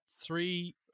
three